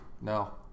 No